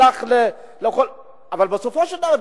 אבל בסופו של דבר,